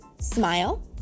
Smile